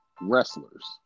wrestlers